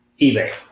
eBay